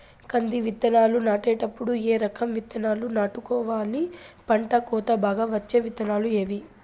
కంది విత్తనాలు నాటేటప్పుడు ఏ రకం విత్తనాలు నాటుకోవాలి, పంట కోత బాగా వచ్చే విత్తనాలు ఏవీ?